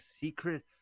secret